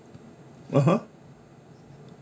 (uh huh)